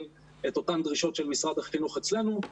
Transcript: את אותן דרישות של משרד החינוך אצלנו.